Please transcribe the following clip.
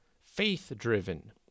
faith-driven